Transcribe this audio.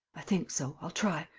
i think so. i'll try.